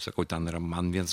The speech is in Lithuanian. sakau ten yra man vienas